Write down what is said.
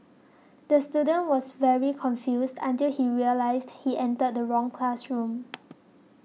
the student was very confused until he realised he entered the wrong classroom